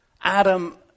Adam